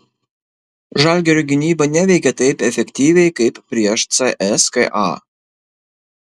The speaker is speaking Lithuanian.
žalgirio gynyba neveikė taip efektyviai kaip prieš cska